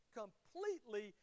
completely